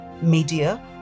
media